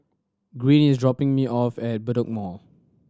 Green is dropping me off at Bedok Mall